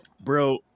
bro